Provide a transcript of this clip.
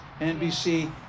NBC